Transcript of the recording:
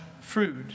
fruit